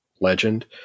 legend